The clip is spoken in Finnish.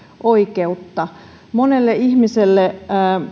oikeutta monelle ihmiselle